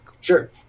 sure